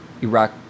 Iraq